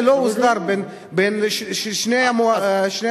שהנושא עדיין לא הוסדר בין שתי העיריות.